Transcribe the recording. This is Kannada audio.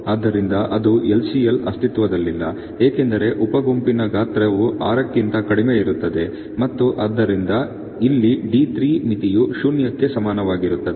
ಆದ್ದರಿಂದ ಅದು LCL ಅಸ್ತಿತ್ವದಲ್ಲಿಲ್ಲ ಏಕೆಂದರೆ ಉಪ ಗುಂಪಿನ ಗಾತ್ರವು 6 ಕ್ಕಿಂತ ಕಡಿಮೆಯಿರುತ್ತದೆ ಮತ್ತು ಆದ್ದರಿಂದ ಇಲ್ಲಿ D3 ಮಿತಿಯು ಶೂನ್ಯಕ್ಕೆ ಸಮಾನವಾಗಿರುತ್ತದೆ